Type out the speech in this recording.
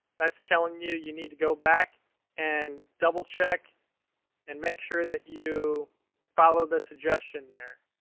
that's telling you, you need to go back and double-check and make sure that you follow the suggestion there.